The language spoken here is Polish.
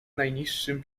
najniższym